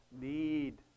need